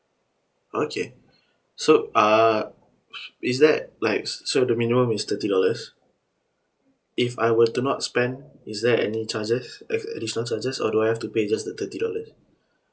okay so uh is that like so the minimum is thirty dollars if I were to not spend is there any charges err additional charges or do I have to pay just the thirty dollars